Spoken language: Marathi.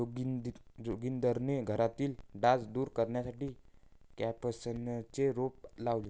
जोगिंदरने घरातील डास दूर करण्यासाठी क्रायसॅन्थेममचे रोप लावले